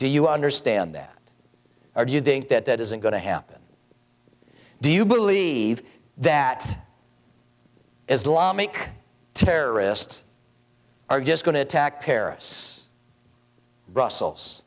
do you understand that or do you think that that isn't going to happen do you believe that islamic terrorists are just going to attack paris brussels